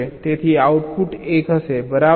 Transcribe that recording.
તેથી આઉટપુટ 1 હશે બરાબર